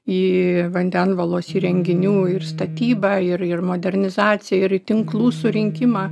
į vandenvalos įrenginių statybą ir ir modernizaciją ir tinklų surinkimą